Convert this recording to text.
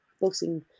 boxing